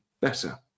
better